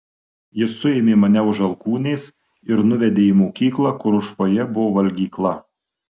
jis suėmė mane už alkūnės ir nuvedė į mokyklą kur už fojė buvo valgykla